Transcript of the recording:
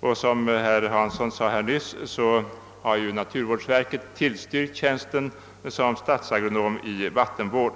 Såsom herr Hansson i Skegrie nyss sade har naturvårdsverket tillstyrkt inrättandet Jag tycker vidare att starka skäl även talar